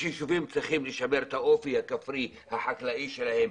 יש יישובים שצריכים לשמר את האופי הכפרי החקלאי שלהם,